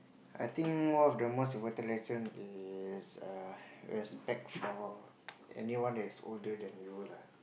I think one of the most important lesson is err respect for anyone that is older than you lah